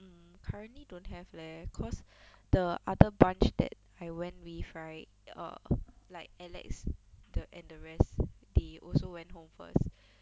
hmm currently don't have leh cause the other bunch that I went with right err like alex the and the rest they also went home first